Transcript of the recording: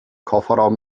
kofferraum